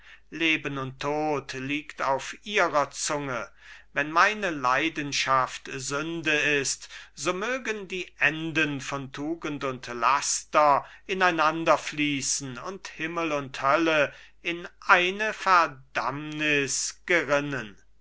leben und tod liegt auf ihrer zunge wenn meine leidenschaft sünde ist so mögen die enden von tugend und laster ineinanderfließen und himmel und hölle in eine verdammnis gerinnen